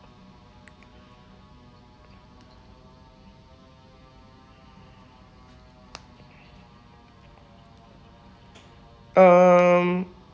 um